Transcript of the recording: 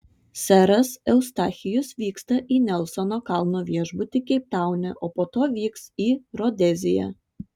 seras eustachijus vyksta į nelsono kalno viešbutį keiptaune o po to vyks į rodeziją